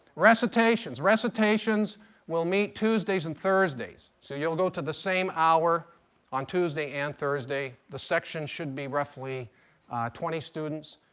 recitations. recitations will meet tuesdays and thursdays. so you'll go to the same hour on tuesday and thursday. the section should be roughly twenty students.